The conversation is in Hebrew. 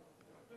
חברי